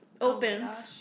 opens